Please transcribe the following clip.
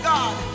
God